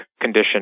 condition